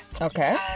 Okay